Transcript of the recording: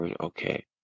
Okay